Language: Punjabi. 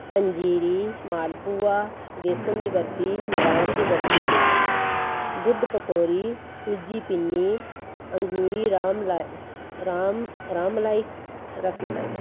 ਪੰਜੀਰੀ ਮਾਲਪੂਆ ਬੇਸਣ ਦੀ ਬਰਫੀ ਬਦਾਮ ਦੀ ਬਰਫੀ ਦੁੱਧ ਪਕੋਰੀ ਸੂਜੀ ਪਿੰਨੀ ਅੰਗੂਰੀ ਰਾਮ ਰਾਮ ਰਾਮਮਲਾਈ ਰਸਮਲਾਈ